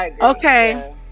Okay